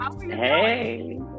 Hey